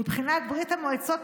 מבחינת ברית המועצות,